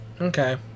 Okay